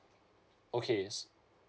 okays